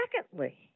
secondly